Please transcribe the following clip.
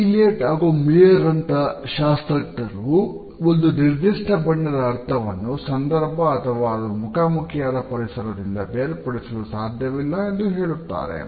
Eliot ಹಾಗೂ Maier ರಂತಹ ಶಾಸ್ತ್ರಜ್ಞರು ಒಂದು ನಿರ್ದಿಷ್ಟ ಬಣ್ಣದ ಅರ್ಥವನ್ನು ಸಂದರ್ಭ ಅಥವಾ ಅದು ಮುಖಾಮುಖಿಯಾದ ಪರಿಸರದಿಂದ ಬೇರ್ಪಡಿಸಲು ಸಾಧ್ಯವಿಲ್ಲ ಎಂದು ಹೇಳುತ್ತಾರೆ